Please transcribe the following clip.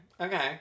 Okay